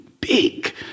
big